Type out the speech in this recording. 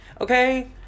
Okay